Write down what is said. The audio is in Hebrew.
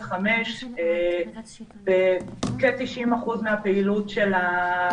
חמש בכ-90 אחוזים מהפעילות של הפרויקט.